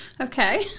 Okay